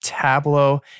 Tableau